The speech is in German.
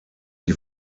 die